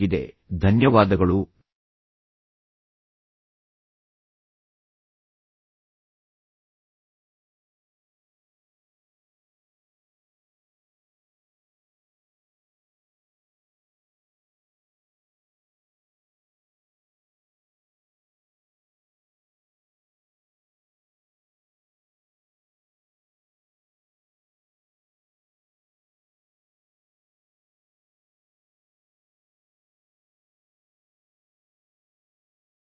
ತುಂಬಾ ಧನ್ಯವಾದಗಳು ಮತ್ತು ಒಳ್ಳೆಯ ದಿನ ನಿಮ್ಮದಾಗಲಿ